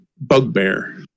Bugbear